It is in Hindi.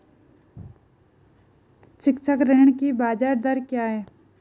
शैक्षिक ऋण की ब्याज दर क्या है?